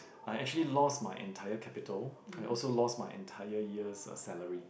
I actually lost my entire capital I also lost my entire year's uh salary